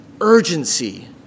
urgency